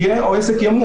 תודה רבה.